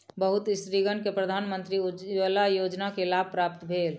बहुत स्त्रीगण के प्रधानमंत्री उज्ज्वला योजना के लाभ प्राप्त भेल